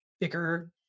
bigger